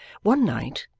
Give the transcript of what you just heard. one night,